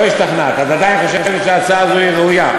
לא השתכנעת, את עדיין חושבת שההצעה הזאת ראויה.